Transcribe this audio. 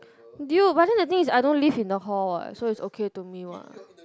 dude but then the thing is I don't live in the hall what so is okay to me what